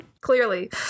Clearly